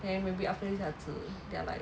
then maybe after 一下子 they are like